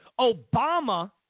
Obama